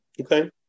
Okay